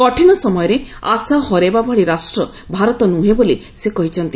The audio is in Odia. କଠିନ ସମୟରେ ଆଶା ହରାଇବା ଭଳି ରାଷ୍ଟ୍ର ଭାରତ ନୁହେଁ ବୋଲି ସେ କହିଛନ୍ତି